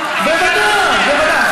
בוודאי, בוודאי.